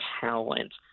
talent